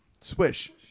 swish